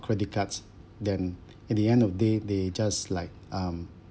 credit cards then at the end of day they just like um